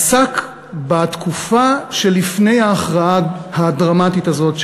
עסק בתקופה שלפני ההכרעה הדרמטית הזאת,